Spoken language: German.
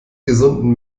gesunden